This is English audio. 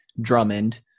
drummond